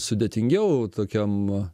sudėtingiau tokiam